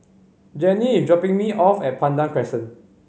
Jenny is dropping me off at Pandan Crescent